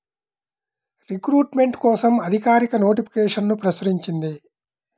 recruitment కోసం అధికారిక నోటిఫికేషన్ను ప్రచురించింది